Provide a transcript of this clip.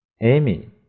Amy